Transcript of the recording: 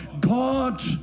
God